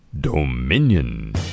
Dominion